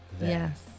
yes